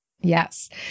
Yes